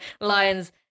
lion's